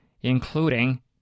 including